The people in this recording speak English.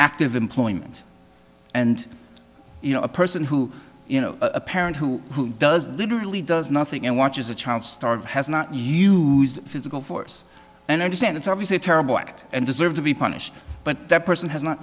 active employment and you know a person who you know a parent who does literally does nothing and watches a child starve has not you physical force and understand it's obviously a terrible act and deserve to be punished but that person has not